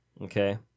Okay